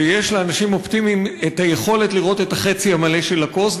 ויש לאנשים אופטימיים יכולת לראות את החצי המלא של הכוס,